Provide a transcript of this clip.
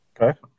Okay